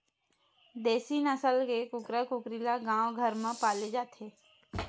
देसी नसल के कुकरा कुकरी ल गाँव घर म पाले जाथे